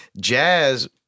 jazz